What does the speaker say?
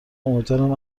امیدوارم